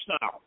Now